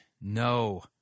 No